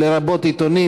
לרבות עיתונים,